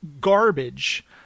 garbage